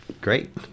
Great